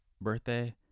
birthday